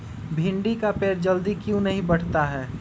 भिंडी का पेड़ जल्दी क्यों नहीं बढ़ता हैं?